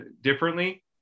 differently